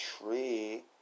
tree